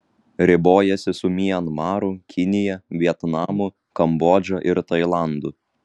ribojasi su mianmaru kinija vietnamu kambodža ir tailandu